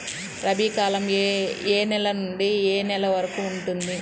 రబీ కాలం ఏ నెల నుండి ఏ నెల వరకు ఉంటుంది?